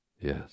Yes